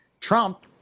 Trump